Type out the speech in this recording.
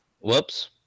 Whoops